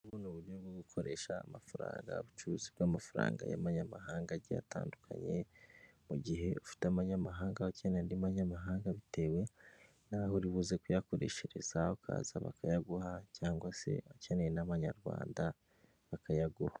Ubu ni uburyo bwo gukoresha amafaranga, ubucuruzi bw'amafaranga y'amanyamahanga agiye atandukanye, mu gihe ufite amanyamahanga ukeneye andi y'amanyahanga, bitewe n'aho uri buze kuyakoreshereza, ukaza bakayaguha cyangwa se ukeneye n'amanyarwanda bakayaguha.